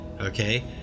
okay